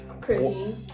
Chrissy